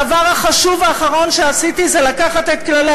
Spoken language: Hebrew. הדבר החשוב האחרון שעשיתי היה לקחת את כללי